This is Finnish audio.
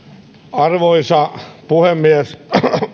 arvoisa puhemies